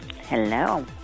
Hello